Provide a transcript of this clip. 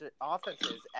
offenses